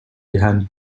behind